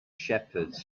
shepherds